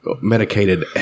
Medicated